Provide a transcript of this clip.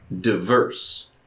Diverse